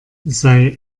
sei